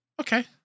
okay